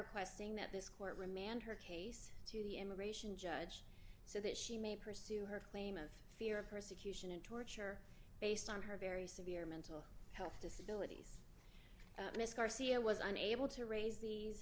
requesting that this court remand her case to the immigration judge so that she may pursue her claim of fear of persecution torture based on her very severe mental health disability miss garcia was unable to raise the